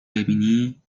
ببینی